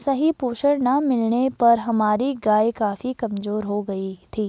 सही पोषण ना मिलने पर हमारी गाय काफी कमजोर हो गयी थी